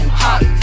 hot